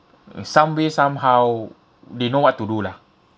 uh some way somehow they know what to do lah